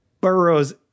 burrows